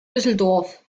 düsseldorf